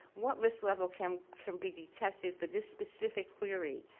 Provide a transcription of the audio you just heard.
what risk level can can be detected for this specific query?